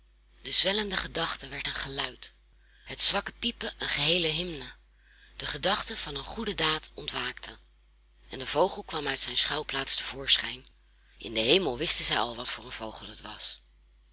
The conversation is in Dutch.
de zwellende gedachte werd een geluid het zwakke piepen een geheele hymne de gedachte van een goede daad ontwaakte en de vogel kwam uit zijn schuilplaats te voorschijn in den hemel wisten zij al wat voor een vogel het was